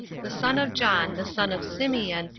the son of john, the son of simeon,